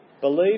believe